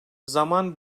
zaman